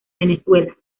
venezuela